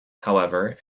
however